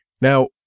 Now